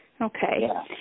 okay